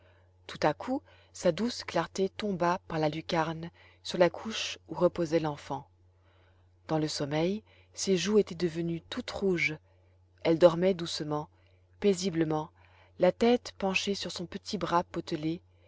tout à coup sa douce clarté tomba par la lucarne sur la couche où reposait l'enfant dans le sommeil ses joues étaient devenues toutes rouges elle dormait doucement paisiblement la tête penchée sur son petit bras potelé